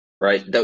right